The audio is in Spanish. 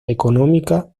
económica